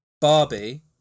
Barbie